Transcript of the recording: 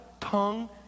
tongue